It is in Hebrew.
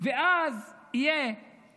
ואז יהיו